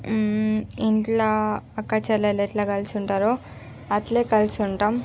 ఇంట్లో అక్క చెల్లెలు ఎట్లా కలిసి ఉంటారో అట్లే కలిసి ఉంటాము